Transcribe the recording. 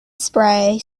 spray